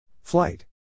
Flight